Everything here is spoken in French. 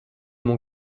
mon